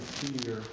fear